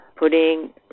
Putting